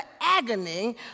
agony